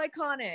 iconic